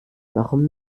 warum